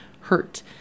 hurt